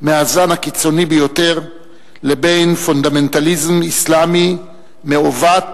מהזן הקיצוני ביותר לבין פונדמנטליזם אסלאמי מעוות,